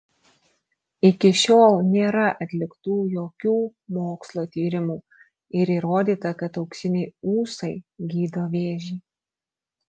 iki šiol nėra atliktų jokių mokslo tyrimų ir įrodyta kad auksiniai ūsai gydo vėžį